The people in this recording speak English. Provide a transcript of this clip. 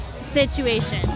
situation